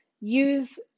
use